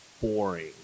boring